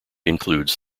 includes